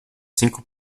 cinco